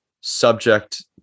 subject